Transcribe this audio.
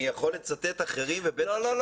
אני יכול לצטט אחרים ובטח --- לא,